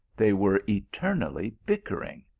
they were eternally bick ering.